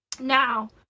Now